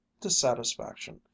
dissatisfaction